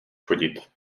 chodit